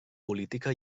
política